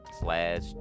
slash